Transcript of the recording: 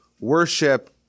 worship